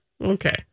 Okay